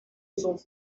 cent